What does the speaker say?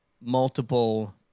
multiple